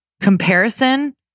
comparison